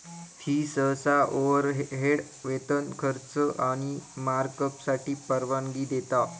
fee सहसा overhead, वेतन, खर्च आणि मार्कअपसाठी परवानगी देता